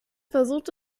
versucht